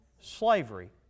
slavery